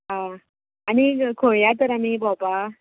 आं आनी खंय या तर आमी भोंवपा